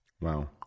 Wow